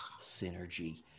Synergy